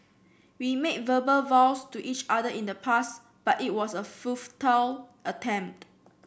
we made verbal vows to each other in the past but it was a futile attempt